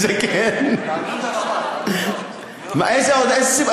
איזה עוד, כן.